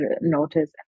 notice